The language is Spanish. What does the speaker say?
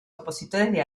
opositores